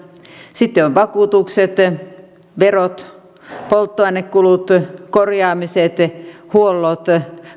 sitten ovat vakuutukset verot polttoainekulut korjaamiset huollot